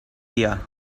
here